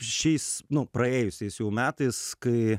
šiais nu praėjusiais jau metais kai